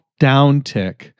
downtick